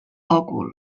òcul